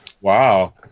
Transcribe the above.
Wow